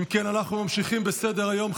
אנחנו ממשיכים בסדר-היום.